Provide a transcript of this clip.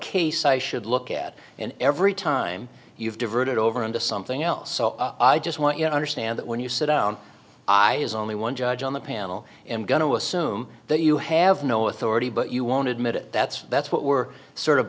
case i should look at and every time you've diverted over into something else i just want you know understand that when you sit down i was only one judge on the panel and got to assume that you have no authority but you won't admit it that's that's what we're sort of